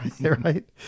right